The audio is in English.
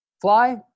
fly